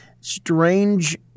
strange